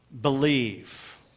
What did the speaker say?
Believe